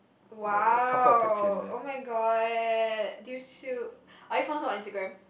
!wow! [oh]-my-god do you still are you following her on Instagram